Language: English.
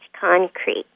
concrete